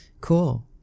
Cool